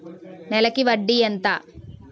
నెలకి వడ్డీ ఎంత?